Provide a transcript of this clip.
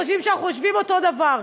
חושבים שאנחנו חושבים אותו דבר.